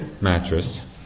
mattress